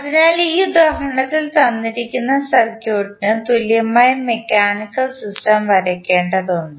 അതിനാൽ ഈ ഉദാഹരണത്തിൽ തന്നിരിക്കുന്ന സർക്യൂട്ടിന് തുല്യമായ മെക്കാനിക്കൽ സിസ്റ്റം വരയ്ക്കേണ്ടതുണ്ട്